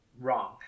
Wrong